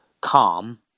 calm